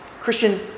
Christian